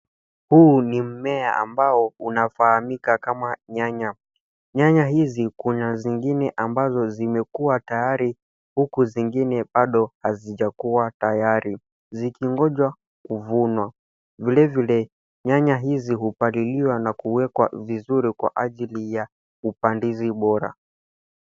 Huu ni mmea ambao unafahamika kama nyanya. Nyanya hizi kuna zingine ambazo zimekua tayari, huku zingine bado hazijakua tayari, zikingoja kuvunwa. Vile vile, nyanya hizi hupaliliwa na kuwekwa vizuri kwa ajili ya upandizi bora.